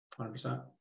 100%